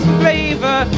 flavor